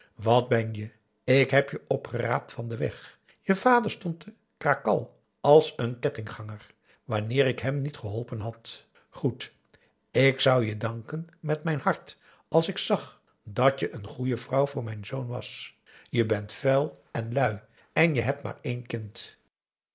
wat ben je ik heb je opgeraapt van den weg je vader stond te krakal als een kettingganger wanneer ik hem niet geholpen had goed ik zou je danken met mijn hart als ik zag dat je een goeje vrouw voor mijn zoon was je bent vuil en lui en je hebt maar één kind